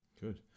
Good